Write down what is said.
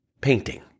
Painting